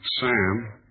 Sam